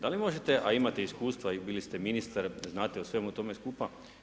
Da li možete, a imate iskustva i bili ste ministar znate o svemu tome skupa.